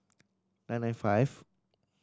nine nine five